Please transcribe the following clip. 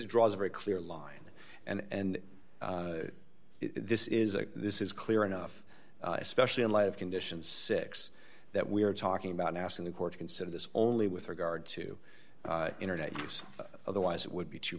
it draws a very clear line and this is a this is clear enough especially in light of conditions six that we are talking about asking the court to consider this only with regard to internet use otherwise it would be too